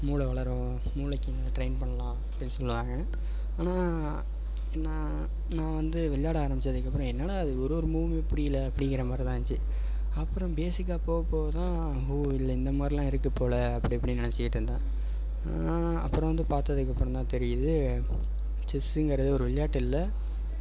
மூளை வளரும் மூளைக்கு நல்லா ட்ரைன் பண்ணலாம் அப்படின்னு சொல்லுவாங்க ஆனால் நான் நான் வந்து விளையாட ஆரம்பிச்சதுக்கப்புறம் என்னாடா இது ஒரு ஒரு மூவ்மே புரியலை அப்படிங்கிற மாதிரி தான் இருந்துச்சு அப்புறம் பேசிக்காக போக போக தான் ஓ இதில் இந்த மாதிரிலாம் இருக்கு போல் அப்படி இப்படின்னு நினச்சிக்கிட்டு இருந்தேன் அப்புறம் வந்து பார்த்ததுக்கு அப்புறம் தான் தெரியுது செஸ்ஸுங்கறது ஒரு விளையாட்டு இல்லை